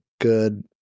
good